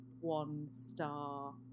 one-star